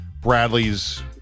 Bradley's